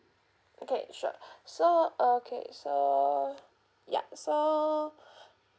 okay sure so okay so yup so